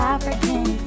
African